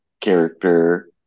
character